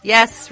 Yes